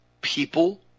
people